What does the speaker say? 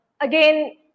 again